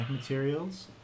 materials